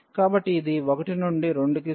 కాబట్టి ఇది 1 నుండి 2 కి సమానం మన దగ్గర 2 ఆపై x2